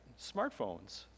smartphones